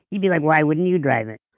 you'd be like why wouldn't you drive it?